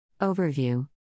Overview